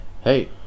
hey